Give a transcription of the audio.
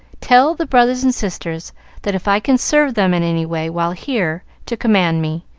tell the brothers and sisters that if i can serve them in any way while here, to command me.